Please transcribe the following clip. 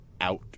out